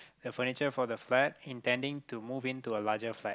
the furniture for the flat intending to move in to a larger flat